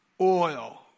oil